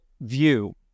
view